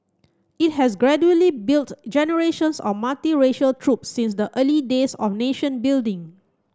it has gradually built generations of multiracial troop since the early days of nation building